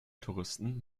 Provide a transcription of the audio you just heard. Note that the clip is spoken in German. touristen